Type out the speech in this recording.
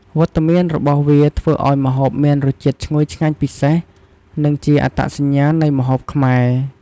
វត្តមានរបស់វាធ្វើឲ្យម្ហូបមានរសជាតិឈ្ងុយឆ្ងាញ់ពិសេស និងជាអត្តសញ្ញាណនៃម្ហូបខ្មែរ។